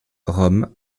rome